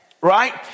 Right